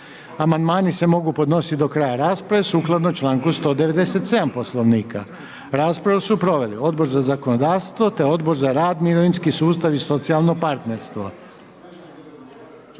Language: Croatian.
Amandmani se mogu podnositi do kraja rasprave sukladno članku 197 Poslovnika. Raspravu su proveli Odbor za zakonodavstvo te Odbor za rad, mirovinski sustav i socijalno partnerstvo.